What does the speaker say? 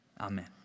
Amen